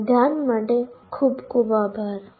તમારા ધ્યાન માટે ખૂબ ખૂબ આભાર